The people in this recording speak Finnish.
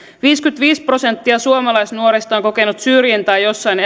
viisikymmentäviisi prosenttia suomalaisnuorista on kokenut syrjintää jossain